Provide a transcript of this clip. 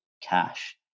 cash